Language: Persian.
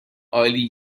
عالی